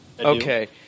okay